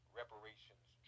reparations